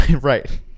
Right